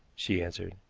she answered.